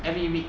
every week